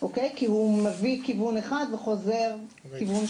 כי הוא מביא כיוון אחד וחוזר ריק,